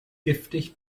giftig